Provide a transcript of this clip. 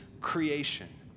creation